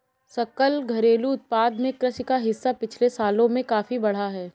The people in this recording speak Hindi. सकल घरेलू उत्पाद में कृषि का हिस्सा पिछले सालों में काफी बढ़ा है